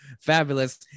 Fabulous